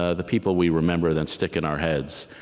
ah the people we remember then stick in our heads.